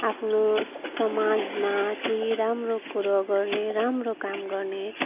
आफ्नो समाजमा केही राम्रो कुरो गर्ने राम्रो काम गर्ने